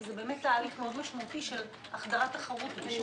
זה באמת תהליך משמעותי מאוד של החדרת תחרות.